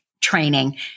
training